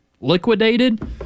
liquidated